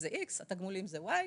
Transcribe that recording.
התגמולים הם וואי,